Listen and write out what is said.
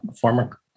former